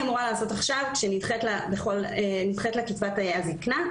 אמורה לעשות עכשיו כשנדחית לה קצבת הזקנה.